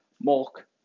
milk